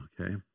okay